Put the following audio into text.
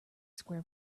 square